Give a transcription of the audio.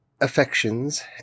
affections